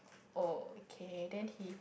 okay then he